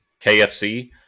KFC